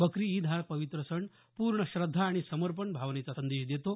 बकरी ईद हा पवित्र सण पूर्ण श्रद्धा आणि समर्पण भावनेचा संदेश देतो